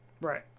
Right